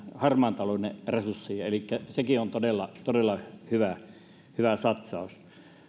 harmaan talouden torjunnan resursseihin elikkä sekin on todella todella hyvä hyvä satsaus